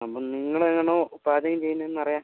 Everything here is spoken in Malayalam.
അപ്പം നിങ്ങളാണോ പാചകം ചെയ്യുന്നതെന്നറിയാൻ